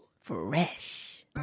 Fresh